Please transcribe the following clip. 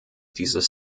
dieses